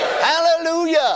Hallelujah